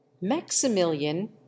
maximilian